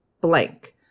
blank